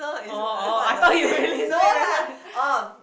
orh orh I thought you really say that